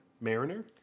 Mariner